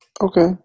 Okay